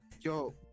yo